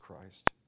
Christ